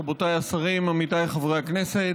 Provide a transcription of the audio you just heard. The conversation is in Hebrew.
רבותיי השרים, עמיתיי חברי הכנסת,